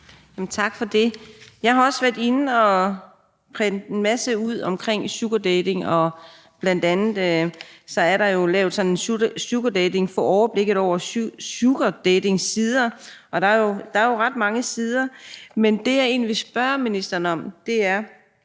Tak for det. Jeg har også været inde og printe en masse ud omkring sugardating. Der er bl.a. lavet sådan et overblik over sugardatingsider. Der er jo ret mange sider, men det, jeg egentlig vil spørge ministeren om, er: